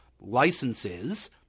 licenses